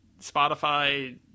Spotify